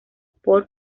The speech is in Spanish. por